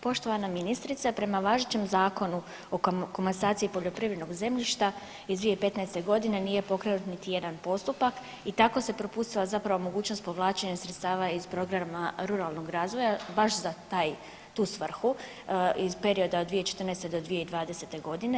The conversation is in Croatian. Poštovana ministrice prema važećem Zakonu o komasaciji poljoprivrednog zemljišta iz 2015. godine nije pokrenut niti jedan postupak i tako se propustila zapravo mogućnost povlačenja sredstava iz programa ruralnog razvoja baš za taj, tu svrhu iz perioda od 2014. do 2020. godine.